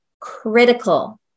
critical